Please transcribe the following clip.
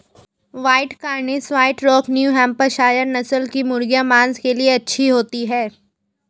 white Cornish, white rock, New Hampshire नस्ल की मुर्गियाँ माँस के लिए अच्छी होती हैं